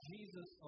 Jesus